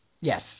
Yes